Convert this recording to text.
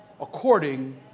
according